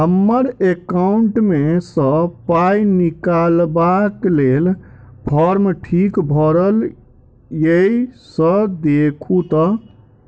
हम्मर एकाउंट मे सऽ पाई निकालबाक लेल फार्म ठीक भरल येई सँ देखू तऽ?